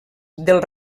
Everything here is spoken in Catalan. del